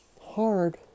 hard